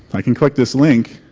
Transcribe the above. i can click this link